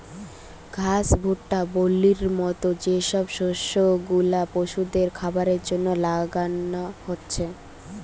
ঘাস, ভুট্টা, বার্লির মত যে সব শস্য গুলা পশুদের খাবারের জন্যে লাগানা হচ্ছে